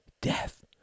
death